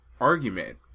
argument